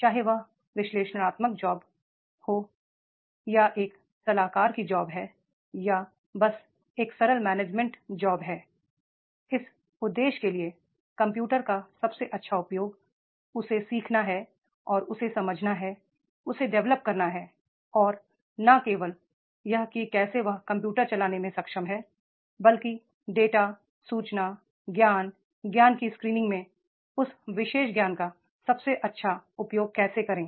चाहे वह विश्लेषणात्मक नौकरियां हो यह एक सलाहकार की जॉब है या बस यह एक सरल मैनेजमेंट जॉब है इस उद्देश्य के लिए कंप्यूटर का सबसे अच्छा उपयोग जो उसे सीखना है और उसे समझना है उसे डेवलप करना है और न केवल यह कि कैसे वह कंप्यूटर चलाने में सक्षम है लेकिन डेटा सूचना ज्ञान ज्ञान की स्क्री निंग में उस विशेष ज्ञान का सबसे अच्छा उपयोग कैसे करें